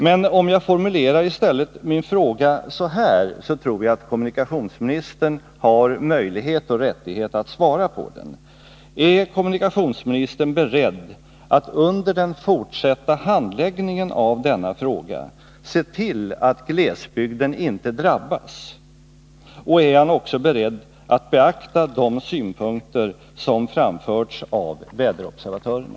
Men om jag i stället formulerar min fråga så här, tror jag att kommunikationsministern har möjlighet och rättighet att svara på den: Är kommunikationsministern beredd att under den fortsatta handläggningen av denna fråga se till att glesbygden inte drabbas, och är kommunikationsministern också beredd att beakta de synpunkter som har framförts av väderobservatörerna?